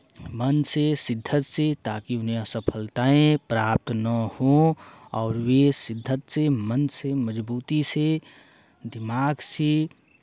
मन से शिद्दत से ताकि उन्हें असफलताएं प्राप्त ना हो और ये शिद्दत से मन से मज़बूती से दिमाग से